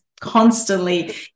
constantly